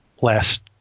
last